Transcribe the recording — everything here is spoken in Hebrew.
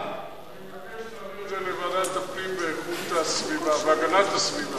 אני מבקש להעביר את זה לוועדת הפנים והגנת הסביבה.